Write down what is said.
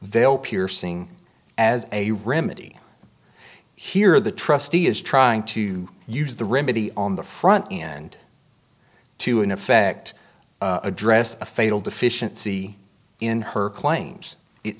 veil piercing as a remedy here the trustee is trying to use the remedy on the front end to in effect address a fatal deficiency in her claims it